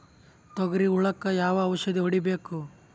ತೊಗರಿ ಹುಳಕ ಯಾವ ಔಷಧಿ ಹೋಡಿಬೇಕು?